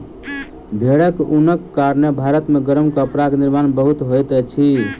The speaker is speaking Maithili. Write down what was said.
भेड़क ऊनक कारणेँ भारत मे गरम कपड़ा के निर्माण बहुत होइत अछि